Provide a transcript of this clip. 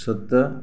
सत